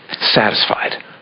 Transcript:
satisfied